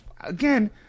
Again